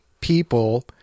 people